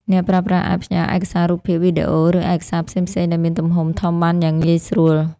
អ្នកប្រើប្រាស់អាចផ្ញើឯកសាររូបភាព វីដេអូ ឬឯកសារផ្សេងៗដែលមានទំហំធំបានយ៉ាងងាយស្រួល។